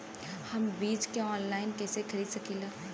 हम बीज के आनलाइन कइसे खरीद सकीला?